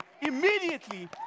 immediately